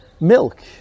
milk